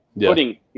putting